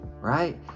right